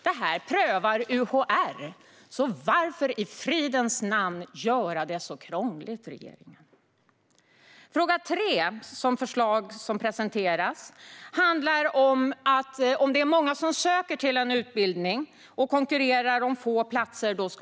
Detta prövar UHR, så varför i fridens namn göra det så krångligt, regeringen? Det tredje förslaget som presenteras handlar om att man ska göra ett urval om det är många sökande till en utbildning som konkurrerar om få platser.